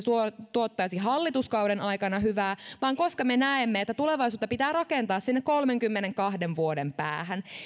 tuottaisi hallituskauden aikana hyvää vaan koska me näemme että tulevaisuutta pitää rakentaa sinne kolmenkymmenenkahden vuoden päähän